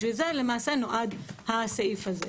בשביל זה למעשה נועד הסעיף הזה.